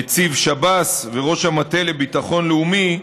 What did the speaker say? נציב שב"ס וראש המטה לביטחון לאומי,